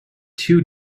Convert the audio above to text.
two